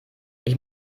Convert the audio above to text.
ich